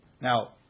now